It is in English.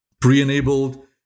pre-enabled